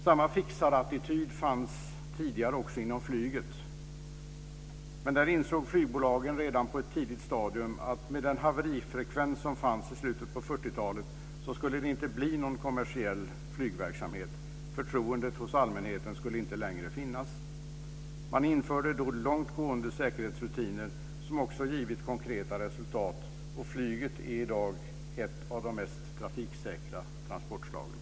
Samma fixarattityd fanns tidigare också inom flyget, men där insåg flygbolagen redan på ett tidigt stadium att med den haverifrekvens som fanns i slutet av 40 talet skulle det inte bli någon kommersiell flygverksamhet. Förtroendet hos allmänheten skulle inte längre finnas. Man införde då långt gående säkerhetsrutiner som också givit konkreta resultat. Flyget är i dag ett av de mest trafiksäkra transportslagen.